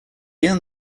earned